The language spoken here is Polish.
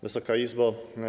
Wysoka Izbo!